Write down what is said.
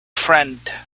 friend